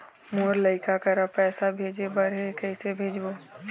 मोर लइका करा पैसा भेजें बर हे, कइसे भेजबो?